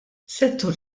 settur